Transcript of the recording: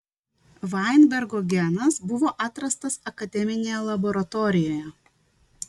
vainbergo genas buvo atrastas akademinėje laboratorijoje